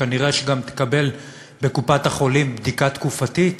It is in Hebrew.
וכנראה גם תקבל בקופת-חולים בדיקה תקופתית,